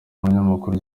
abanyamakuru